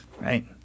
Right